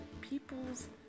people's